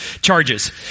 charges